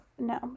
no